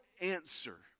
answer